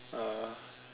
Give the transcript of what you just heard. ah